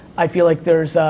i feel like there's,